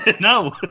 No